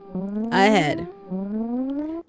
ahead